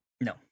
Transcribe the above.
No